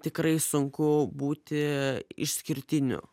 tikrai sunku būti išskirtiniu